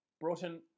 Broughton